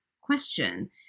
Question